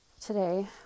today